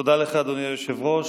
תודה לך, אדוני היושב-ראש.